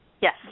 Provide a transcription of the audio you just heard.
Yes